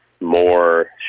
more